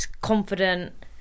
confident